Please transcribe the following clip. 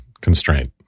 constraint